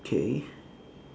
okay